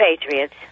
Patriots